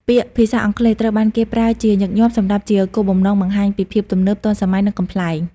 ពាក្យភាសាអង់គ្លេសត្រូវបានគេប្រើជាញឹកញាប់សម្រាប់ជាគោលបំណងបង្ហាញពីភាពទំនើប ទាន់សម័យ ឬកំប្លែង។